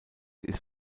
ist